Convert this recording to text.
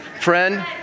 friend